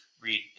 read